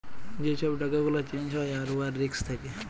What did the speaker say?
যে ছব টাকা গুলা চ্যাঞ্জ হ্যয় আর উয়ার রিস্ক থ্যাকে